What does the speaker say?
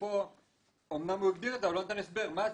שפה אמנם הוא הגדיר את זה אבל לא נתן הסבר מה זה,